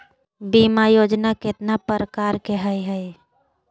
बीमा योजना केतना प्रकार के हई हई?